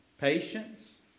patience